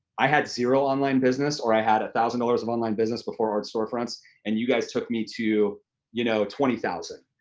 i had zero online business, or i had one thousand dollars of online business before art storefronts and you guys took me to you know twenty thousand,